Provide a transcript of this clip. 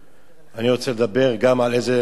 אני רוצה לדבר גם על איזה, אה?